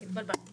הרוויזיה